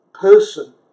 person